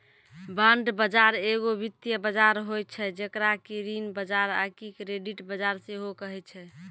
bond बजार एगो वित्तीय बजार होय छै जेकरा कि ऋण बजार आकि क्रेडिट बजार सेहो कहै छै